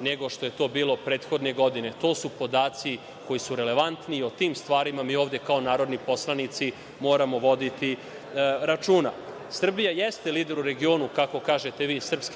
nego što je to bilo prethodne godine. To su podaci koji su relevantni i o tim stvarima mi ovde kao narodni poslanici moramo voditi računa. Srbija jeste lider u regionu, kako kažete vi iz SNS,